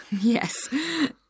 yes